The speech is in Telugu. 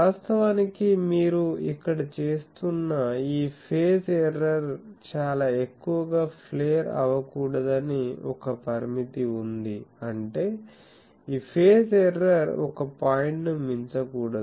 వాస్తవానికి మీరు ఇక్కడ చేస్తున్న ఈ ఫేజ్ ఎర్రర్ చాలా ఎక్కువగా ఫ్లేర్ అవకూడదని ఒక పరిమితి ఉంది అంటే ఈ ఫేజ్ ఎర్రర్ ఒక పాయింట్ ను మించకూడదు